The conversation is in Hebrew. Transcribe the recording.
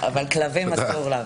אבל כלבים אסור להביא...